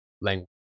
language